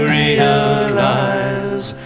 realize